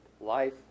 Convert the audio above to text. life